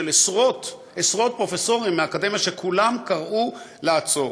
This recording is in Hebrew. עשרות פרופסורים מהאקדמיה שכולם קראו לעצור.